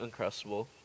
uncrustable